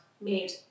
made